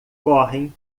correm